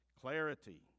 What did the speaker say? clarity